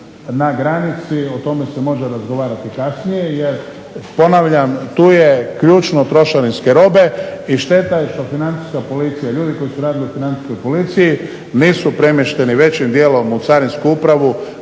na granici o tome se može razgovarati kasnije jer ponavljam tu je ključno trošarinske robe i šteta je što Financijska policija i ljudi koji su radili u Financijskoj policiji nisu premješteni većim dijelom u Carinsku upravu